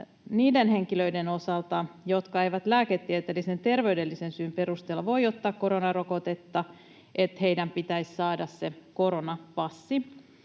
niiden henkilöiden osalta lausuman, jotka eivät lääketieteellisen terveydellisen syyn perusteella voi ottaa koronarokotetta, että heidän pitäisi saada koronapassi.